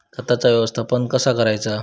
खताचा व्यवस्थापन कसा करायचा?